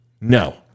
no